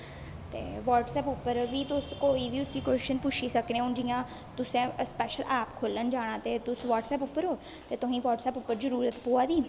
ते बटसऐप उप्पर बी तुस कोई बी कोशन पुच्छी सकने हून जि'यां तुसें स्पेशल ऐप खोलन जाना ते तुस बट्सऐप उप्पर ओ ते तुसेंगी बट्सऐप उप्पर जरूरत पवा दी